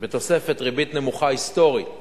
בתוספת ריבית נמוכה היסטורית